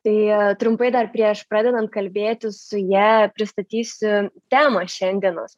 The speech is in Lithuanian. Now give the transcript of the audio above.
tai trumpai dar prieš pradedant kalbėtis su ja pristatysiu temą šiandienos